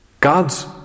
God's